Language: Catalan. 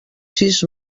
sis